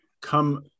come